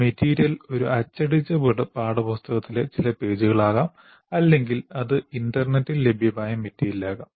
material ഒരു അച്ചടിച്ച പാഠപുസ്തകത്തിലെ ചില പേജുകളാകാം അല്ലെങ്കിൽ അത് ഇന്റർനെറ്റിൽ ലഭ്യമായ മെറ്റീരിയലാകാം